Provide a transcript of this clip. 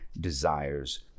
desires